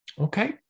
Okay